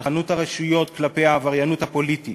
סלחנות הרשויות כלפי העבריינות הפוליטית